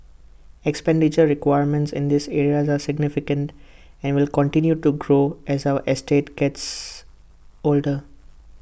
expenditure requirements in these areas are significant and will continue to grow as our estates gets older